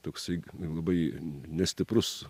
toksai labai nestiprus